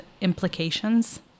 implications